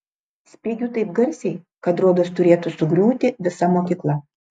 spiegiu taip garsiai kad rodos turėtų sugriūti visa mokykla